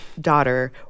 daughter